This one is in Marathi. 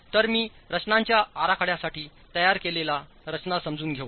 तर मी रचनांच्या आराखड्यासाठी तयार केलेल्या रचना समजून घेऊ